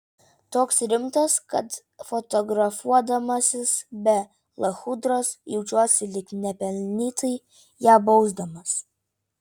toks rimtas kad fotografuodamasis be lachudros jaučiuosi lyg nepelnytai ją bausdamas